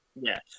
Yes